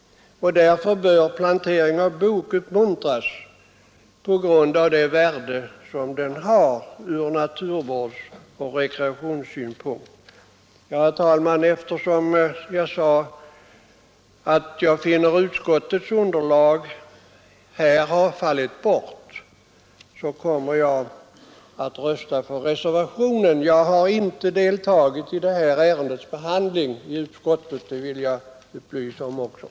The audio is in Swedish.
Plantering av bok bör uppmuntras på grund av det värde bokskogen har från naturvårdsoch rekreationssynpunkt. Herr talman! Eftersom utskottets underlag har fallit bort, kommer jag att rösta för reservationen. Jag vill också upplysa om att jag inte har deltagit i detta ärendes behandling i utskottet.